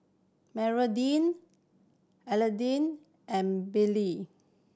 Magdalene Adelle and Brylee